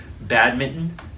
Badminton